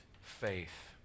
faith